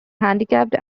handicapped